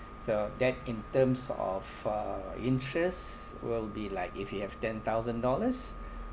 so that in terms of uh interest will be like if you have ten thousand dollars